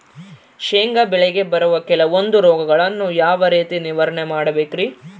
ಶೇಂಗಾ ಬೆಳೆಗೆ ಬರುವ ಕೆಲವೊಂದು ರೋಗಗಳನ್ನು ಯಾವ ರೇತಿ ನಿರ್ವಹಣೆ ಮಾಡಬೇಕ್ರಿ?